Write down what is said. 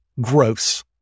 Gross